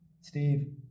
Steve